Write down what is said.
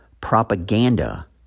propaganda